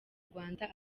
rwanda